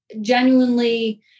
genuinely